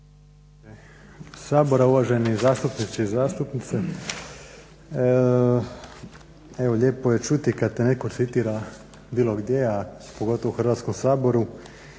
Sabora, uvaženi zastupnici i zastupnice. Evo lijepo je čuti kad te netko citira bilo gdje a pogotovo u Hrvatskom saboru.